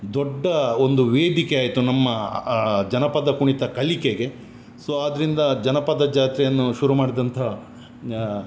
ದೊಡ್ಡ ಒಂದು ವೇದಿಕೆ ಆಯಿತು ನಮ್ಮ ಜನಪದ ಕುಣಿತ ಕಲಿಕೆಗೆ ಸೊ ಆದ್ದರಿಂದ ಜನಪದ ಜಾತ್ರೆಯನ್ನು ಶುರು ಮಾಡಿದಂತ